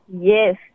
Yes